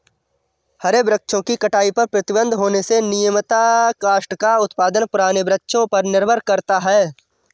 हरे वृक्षों की कटाई पर प्रतिबन्ध होने से नियमतः काष्ठ का उत्पादन पुराने वृक्षों पर निर्भर करता है